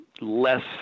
less